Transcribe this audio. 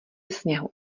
sněhu